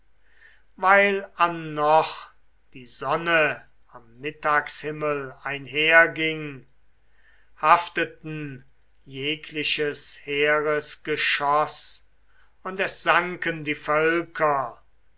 weil annoch die sonne am mittagshimmel einherging hafteten jegliches heeres geschoß und es sanken die völker